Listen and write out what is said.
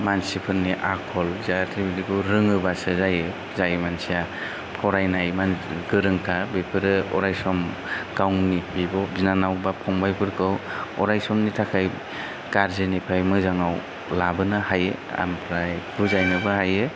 मानसिफोरनि आखल जाहाथे बेखौ रोङोब्लासो जायो जाय मानसिया फरायनाय गोरोंखा बेफोरो अरायसम गावनि बिब' बिनानाव बा फंबाइफोरखौ अरायसमनि थाखाय गाज्रिनिफ्राय मोजाङाव लाबोनो हायो आमफ्राय बुजायनोबो हायो